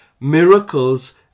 miracles